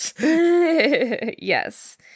Yes